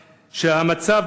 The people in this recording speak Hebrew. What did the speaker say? שהמצב,